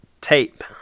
tape